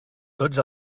tots